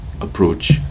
approach